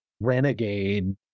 renegade